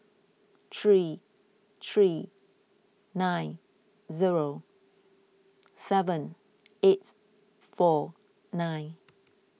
three three nine zero seven eight four nine